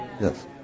Yes